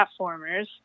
platformers